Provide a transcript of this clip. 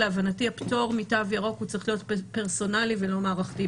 להבנתי הפטור מתו ירוק צריך להיות פרסונלי ולא מערכתי,